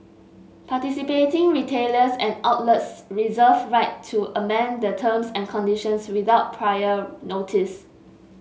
participating retailers and outlets reserve right to amend the terms and conditions without prior notice